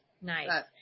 nice